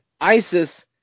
Isis